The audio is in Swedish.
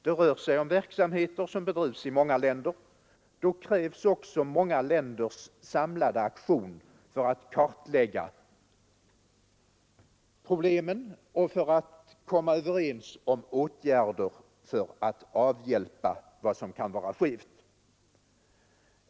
Det rör sig om verksamheter som bedrivs i många länder. Då krävs också många länders samlade aktion för att kartlägga problemen och för att komma överens om åtgärder i syfte att avhjälpa vad som kan vara skevt.